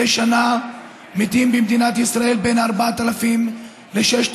מדי שנה מתים במדינת ישראל בין 4,000 ל-6,000